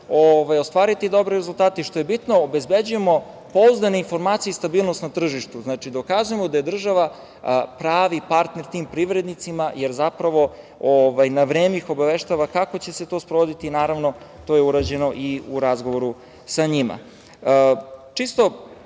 ostvari dobre rezultate i što je bino obezbeđujemo pouzdane informacije i stabilnost na tržištu. Znači, dokazujemo da je država pravi partner tim privrednici, jer zapravo na vreme ih obaveštava kako će se to sprovoditi i, naravno, to je urađeno u razgovoru sa njima. Čisto,